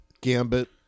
Gambit